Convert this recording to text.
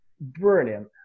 brilliant